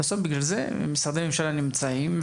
בגלל זה משרדי הממשלה נמצאים,